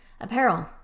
Apparel